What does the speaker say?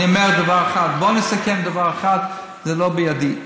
אני אומר דבר אחד, בוא נסכם דבר אחד: זה לא בידי.